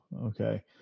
okay